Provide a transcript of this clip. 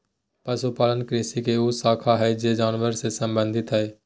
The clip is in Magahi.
पशुपालन कृषि के उ शाखा हइ जे जानवर से संबंधित हइ